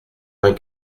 vingt